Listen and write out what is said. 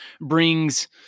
brings